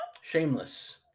Shameless